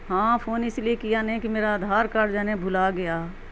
ہاں فون اس لیے کیا نہیں کہ میرا آدھار کارڈ کہیں نے بھلا گیا